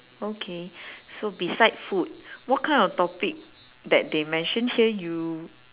okay so beside food what kind of topic that they mention here you